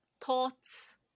thoughts